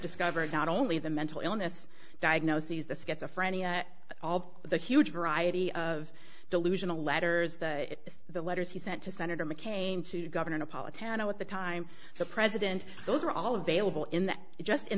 discovered not only the mental illness diagnoses the schizophrenia all of the huge variety of delusional letters is the letters he sent to senator mccain to governor politician at the time the president those are all available in the just in